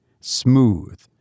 smooth